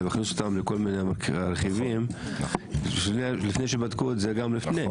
ויכניסו אותם לכל מיני רכיבים לפני שבדקו את זה לפני.